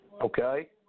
Okay